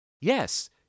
Yes